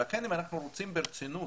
לכן אם אנחנו רוצים ברצינות,